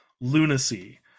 lunacy